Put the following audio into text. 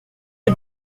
les